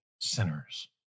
sinners